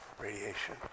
Radiation